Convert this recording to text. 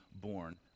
born